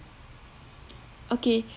okay